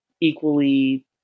equally